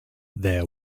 there